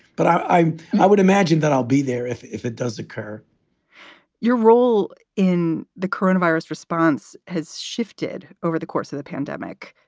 but i i would imagine that i'll be there if if it does occur your role in the coronavirus response has shifted over the course of the pandemic.